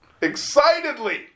excitedly